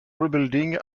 rebuilding